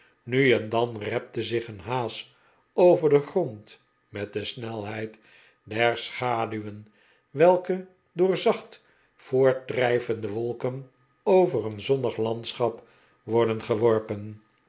nu en dan repte zich een haas over den grond met de snelheid der schaduwen welke door zacht voortdrijvende wolken over een zonnig landschap worden geworpen